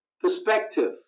perspective